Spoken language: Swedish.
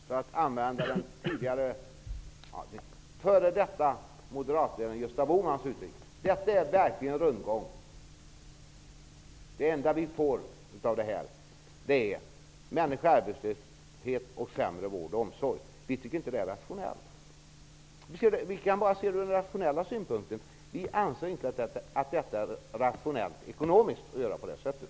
För att använda den tidigare moderatledaren Gösta Bohmans uttryck: Detta är verkligen rundgång. Det enda vi ''tjänar'' på förändringsarbetet är att människor hamnar i arbetslöshet och att vård och omsorg blir sämre. Vi socialdemokrater anser inte att det är ekonomiskt rationellt att göra på det sättet.